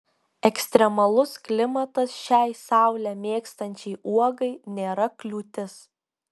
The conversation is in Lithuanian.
ekstremalus klimatas šiai saulę mėgstančiai uogai nėra kliūtis